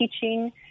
teaching